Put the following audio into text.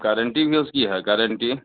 guarantee भी उसकी है गारंटी